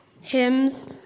hymns